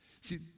See